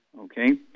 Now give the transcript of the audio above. okay